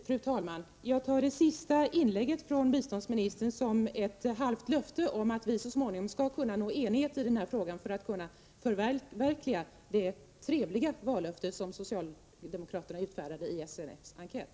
Fru talman! Jag tar det senaste inlägget från biståndsministern som ett halvt löfte om att vi så småningom skall kunna nå enighet i den här frågan för att förverkliga det trevliga vallöfte som socialdemokraterna utfärdade i SNF:s enkät.